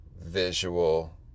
visual